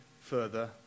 further